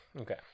okay